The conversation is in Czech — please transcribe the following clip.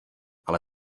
ale